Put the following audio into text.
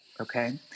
okay